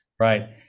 right